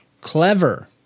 Clever